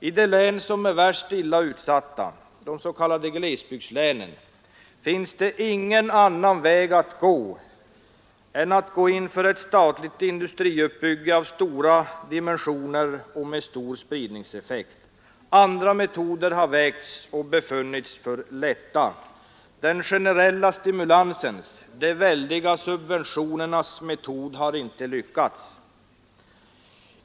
I de län som är värst utsatta — de s.k. glesbygdslänen — finns det ingen annan väg än att gå in för ett statligt industriuppbygge av stora dimensioner och med stor spridningseffekt. Andra metoder har vägts och befunnits för lätta. Den generella stimulansen, de väldiga subventionernas metod har inte lyckats.